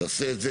תעשה את זה